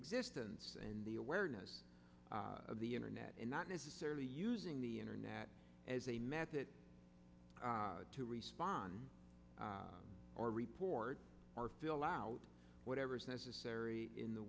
existence and the awareness of the internet and not necessarily using the internet as a method to respond or report or fill out whatever is necessary in the